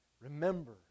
remember